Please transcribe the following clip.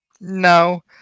No